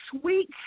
sweet